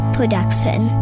Production